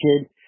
kid